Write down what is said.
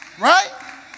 Right